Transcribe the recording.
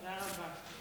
תודה רבה.